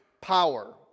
power